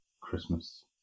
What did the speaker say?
Christmas